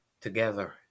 together